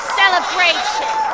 celebration